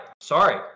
Sorry